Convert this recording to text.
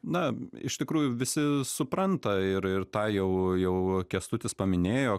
na iš tikrųjų visi supranta ir ir tą jau jau kęstutis paminėjo